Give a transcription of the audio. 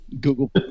Google